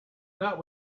not